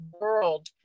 world